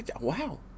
Wow